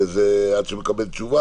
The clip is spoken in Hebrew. ועד שמקבלים תשובה.